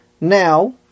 Now